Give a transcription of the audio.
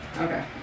Okay